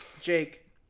Jake